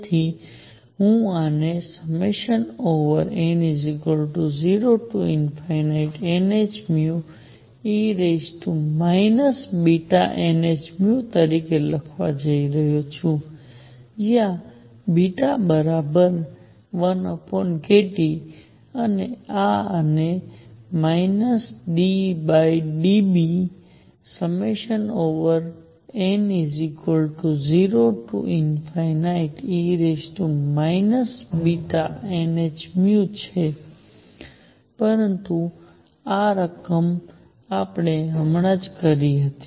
તેથી હું આ ને n0nhνe βnhν તરીકે લખવા જઈ રહ્યો છું જ્યાં β1kT અને આ ને ddβn0e βnhν છે પરંતુ આ રકમ આપણે હમણાં જ કરી છે